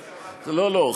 לא,